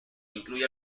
incluye